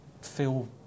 feel